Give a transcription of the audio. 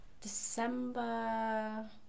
December